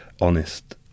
honest